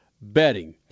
betting